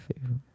favorite